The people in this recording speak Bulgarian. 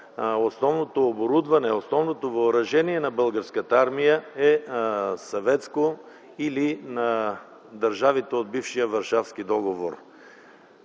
основното оборудване, основното въоръжение на Българската армия е съветско или на държавите от бившия Варшавски договор.